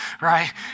right